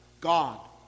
God